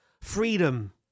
freedom